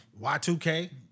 Y2K